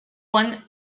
one